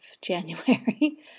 January